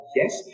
yes